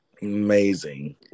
amazing